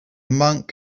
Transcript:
monk